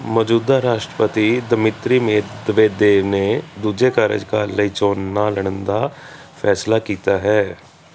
ਮੌਜੂਦਾ ਰਾਸ਼ਟਰਪਤੀ Dmitry Medvedev ਨੇ ਦੂਜੇ ਕਾਰਜਕਾਲ ਲਈ ਚੋਣ ਨਾ ਲੜਨ ਦਾ ਫੈਸਲਾ ਕੀਤਾ ਹੈ